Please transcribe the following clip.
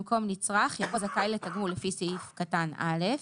במקום "נצרך" יבוא "זכאי לתגמול לפי סעיף קטן (א)".